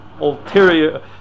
ulterior